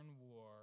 war